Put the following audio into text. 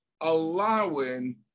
allowing